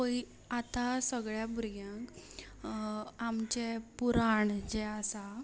आतां सगल्या भुरग्यांक आमचें पुराण जें आसा